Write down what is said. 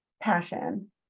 passion